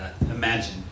imagine